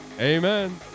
amen